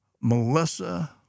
Melissa